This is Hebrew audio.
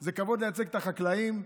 זה כבוד לייצג את החקלאים,